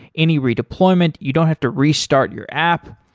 any redeployment, you don't have to restart your app.